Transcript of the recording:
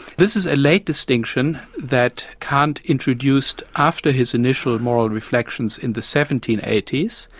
this is a late distinction that kant introduced after his initial moral reflections in the seventeen eighty s,